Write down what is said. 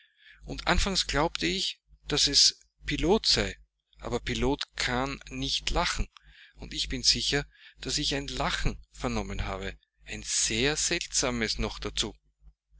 und anfangs glaubte ich daß es pilot sei aber pilot kann nicht lachen und ich bin sicher daß ich ein lachen vernommen habe ein sehr seltsames noch dazu